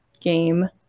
game